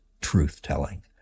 truth-telling